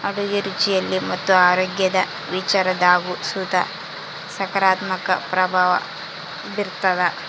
ಅಡುಗೆ ರುಚಿಯಲ್ಲಿ ಮತ್ತು ಆರೋಗ್ಯದ ವಿಚಾರದಾಗು ಸುತ ಸಕಾರಾತ್ಮಕ ಪ್ರಭಾವ ಬೀರ್ತಾದ